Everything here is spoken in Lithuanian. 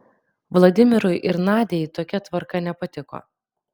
vladimirui ir nadiai tokia tvarka nepatiko